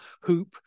hoop